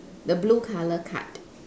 the blue colour card